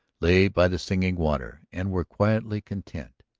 lay by the singing water, and were quietly content.